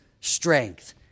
strength